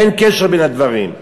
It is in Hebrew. אין קשר בין הדברים.